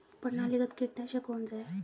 प्रणालीगत कीटनाशक कौन सा है?